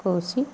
కోసి